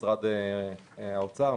האוצר,